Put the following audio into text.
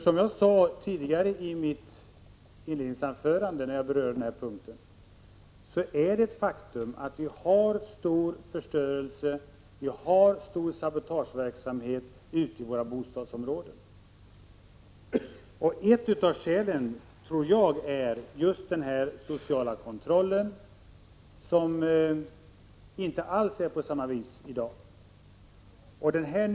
Som jag sade när jag tidigare berörde den här punkten i mitt inledningsanförande är det ett faktum att det förekommer en omfattande sabotageverksamhet och en stor förstörelse ute i våra bostadsområden. Ett av skälen härtill tror jag är att den sociala kontrollen inte alls fungerar på samma sätt i dag som tidigare.